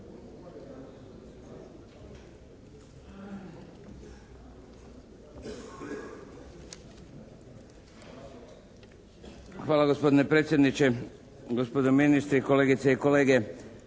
Hvala gospodine predsjedniče, gospodo ministri, kolegice i kolege.